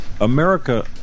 America